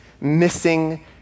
missing